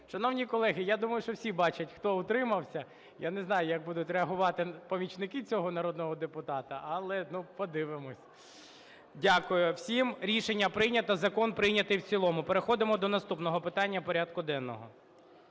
Шановні колеги, я думаю, що всі бачать, хто утримався. Я не знаю, як будуть реагувати помічники цього народного депутата. Подивимось. Дякую всім. Рішення прийнято. Закон прийнятий в цілому. Переходимо до наступного питання порядку денного.